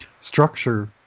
structure